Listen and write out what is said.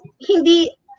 hindi